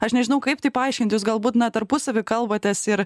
aš nežinau kaip tai paaiškinti jūs galbūt na tarpusavy kalbatės ir